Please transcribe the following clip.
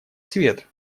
свет